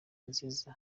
nziza